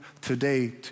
today